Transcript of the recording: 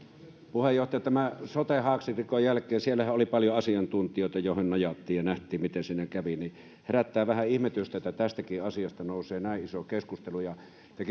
puheenjohtaja tämän sote haaksirikon jälkeen siellähän oli paljon asiantuntijoita joihin nojattiin ja nähtiin miten siinä kävi herättää vähän ihmetystä että tästäkin asiasta nousee näin iso keskustelu tekisi